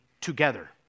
together